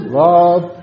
love